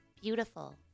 beautiful